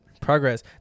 progress